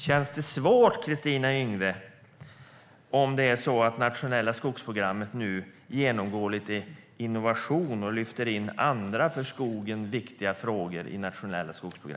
Känns det svårt, Kristina Yngwe, att nationella skogsprogrammet nu genomgår lite innovation och lyfter in andra för skogen viktiga frågor?